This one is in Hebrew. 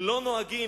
לא נוהגים",